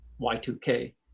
Y2K